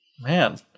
Man